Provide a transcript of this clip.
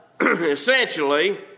essentially